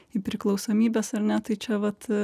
į priklausomybes ar ne tai čia vat